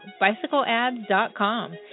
BicycleAds.com